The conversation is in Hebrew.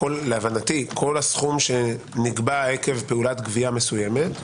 שבה להבנתי כל הסכום שנקבע עקב פעולת גבייה מסוימת,